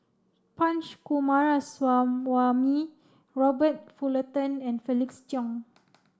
Punch Coomaraswamy Robert Fullerton and Felix Cheong